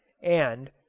and,